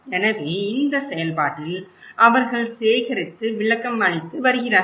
எனவே இந்த செயல்பாட்டில் அவர்கள் சேகரித்து விளக்கமளித்து வருகிறார்கள்